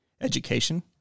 education